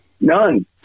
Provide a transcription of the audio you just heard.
None